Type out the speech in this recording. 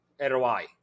ROI